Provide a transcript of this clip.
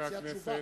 חברי הכנסת,